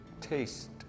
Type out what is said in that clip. Taste